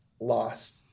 lost